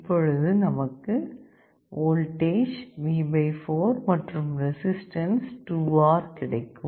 இப்பொழுது நமக்கு voltage V 4 மற்றும் ரெசிஸ்டன்ஸ் 2R கிடைக்கும்